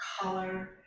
color